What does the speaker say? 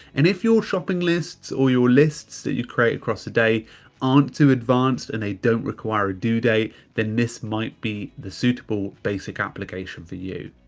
and if your shopping lists or your lists that you create across the day aren't too advanced and they don't require a due date, then this might be the suitable basic application for you.